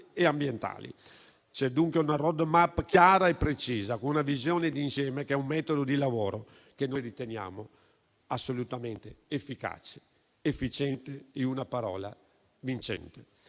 e ambientali. C'è dunque una *road map* chiara e precisa, con una visione d'insieme che è un metodo di lavoro che noi riteniamo assolutamente efficace, efficiente e, in una parola, vincente.